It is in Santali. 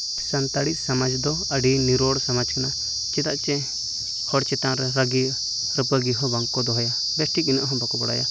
ᱥᱟᱱᱛᱟᱲᱤ ᱥᱚᱢᱟᱡᱽ ᱫᱚ ᱟᱹᱰᱤ ᱱᱤᱨᱚᱲ ᱥᱚᱢᱟᱡᱽ ᱠᱟᱱᱟ ᱪᱮᱫᱟᱜ ᱥᱮ ᱦᱚᱲ ᱪᱮᱛᱟᱱ ᱨᱮ ᱨᱟᱹᱜᱤ ᱨᱟᱹᱯᱟᱹᱜᱤ ᱦᱚᱸ ᱵᱟᱝ ᱠᱚ ᱫᱚᱦᱚᱭᱟ ᱵᱮᱥᱴᱷᱤᱠ ᱤᱱᱟᱹᱜ ᱦᱚᱸ ᱵᱟᱝ ᱠᱚ ᱵᱟᱲᱟᱭᱟ